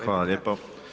Hvala lijepo.